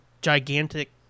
gigantic